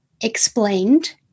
explained